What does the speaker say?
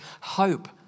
hope